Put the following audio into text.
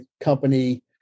company